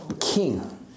king